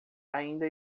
ainda